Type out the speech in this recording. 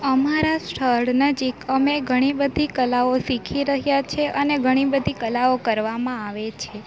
અમારા સ્થળ નજીક અમે ઘણી બધી કલાઓ શીખી રહ્યા છે અને ઘણી બધી કલાઓ કરવામાં આવે છે